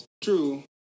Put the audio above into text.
True